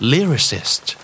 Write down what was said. Lyricist